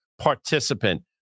participant